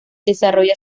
desarrolla